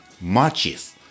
matches